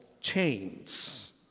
chains